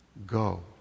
Go